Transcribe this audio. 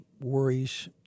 worries